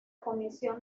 comisión